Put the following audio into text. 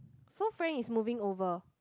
so Frank is moving over